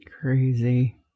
Crazy